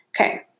Okay